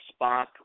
Spock